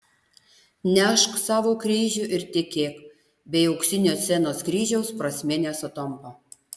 nešk savo kryžių ir tikėk bei auksinio scenos kryžiaus prasmė nesutampa